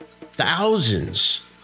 thousands